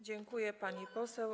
Dziękuję, pani poseł.